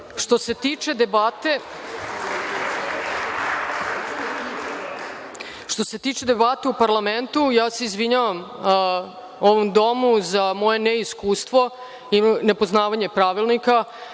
se tiče debate u parlamentu, izvinjavam se ovom Domu za moje neiskustvo, nepoznavanje pravilnika.